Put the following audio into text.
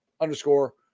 underscore